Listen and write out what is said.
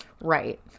Right